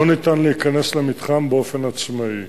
לא ניתן להיכנס למתחם באופן עצמאי.